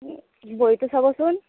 বহিটো চাবচোন